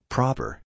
Proper